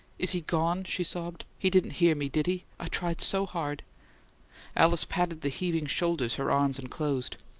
is he gone? she sobbed. he didn't hear me, did he? i tried so hard alice patted the heaving shoulders her arms enclosed.